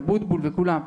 חבר הכנסת אבוטבול וכולם,